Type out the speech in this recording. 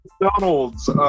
McDonald's